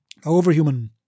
Overhuman